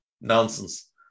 Nonsense